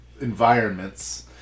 environments